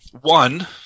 one